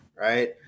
right